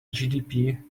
gdp